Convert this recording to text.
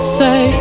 say